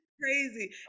crazy